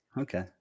Okay